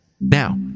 Now